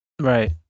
Right